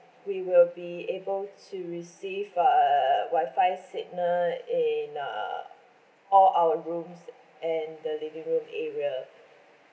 we will be able to receive a wifi signal in uh all our rooms and the living room area